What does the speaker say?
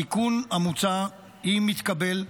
התיקון המוצע, אם יתקבל,